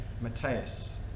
Matthias